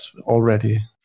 already